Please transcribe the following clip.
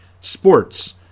sports